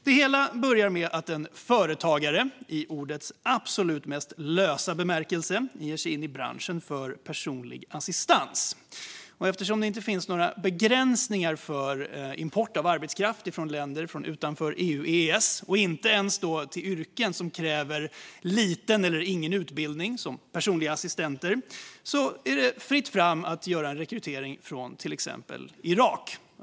Det hela börjar med att en företagare i ordets absolut mest lösa bemärkelse ger sig in i branschen för personlig assistans. Eftersom det inte finns några begränsningar för import av arbetskraft från länder utanför EU/EES och inte ens till yrken som kräver liten eller ingen utbildning, som personliga assistenter, är det fritt fram att genomföra rekrytering från till exempel Irak.